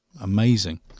amazing